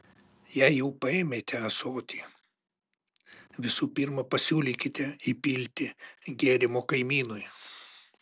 jei jau paėmėte ąsotį visų pirma pasiūlykite įpilti gėrimo kaimynui